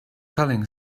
culling